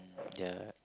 ya